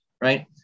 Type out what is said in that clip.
right